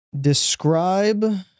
describe